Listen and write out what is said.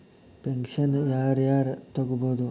Pension ಯಾರ್ ಯಾರ್ ತೊಗೋಬೋದು?